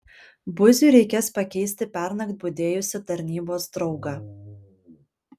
buziui reikės pakeisti pernakt budėjusį tarnybos draugą